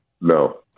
No